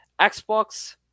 Xbox